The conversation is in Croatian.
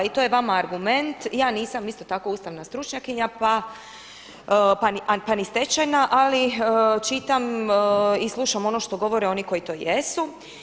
I to je vama argument, ja nisam isto tako ustavna stručnjakinja pa ni stečajna ali čitam i slušam ono što govore oni koji to jesu.